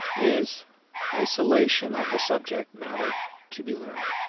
is isolation of the subject matter to be learned.